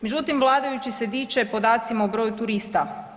Međutim vladajući se diče podacima o broju turista.